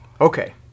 Okay